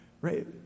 right